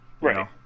Right